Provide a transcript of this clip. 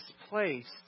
displaced